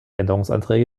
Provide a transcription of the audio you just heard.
änderungsanträge